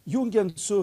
jungiant su